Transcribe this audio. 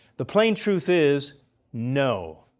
the plain truth is no!